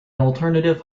alternative